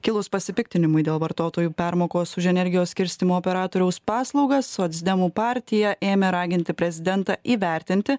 kilus pasipiktinimui dėl vartotojų permokos už energijos skirstymo operatoriaus paslaugas socdemų partija ėmė raginti prezidentą įvertinti